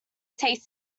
taste